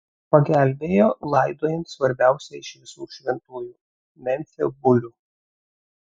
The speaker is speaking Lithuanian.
pagelbėjo laidojant svarbiausią iš visų šventųjų memfio bulių